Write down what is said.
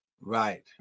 Right